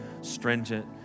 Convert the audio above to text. stringent